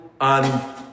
on